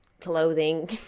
clothing